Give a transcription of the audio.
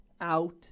out